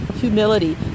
humility